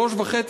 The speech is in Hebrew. שלוש שעות וחצי,